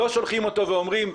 לא שולחים אותו ואומרים,